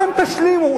אתם תשלימו.